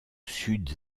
sud